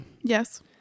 Yes